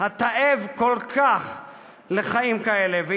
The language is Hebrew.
התאב חיים כאלה כל כך,